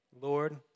Lord